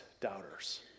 doubters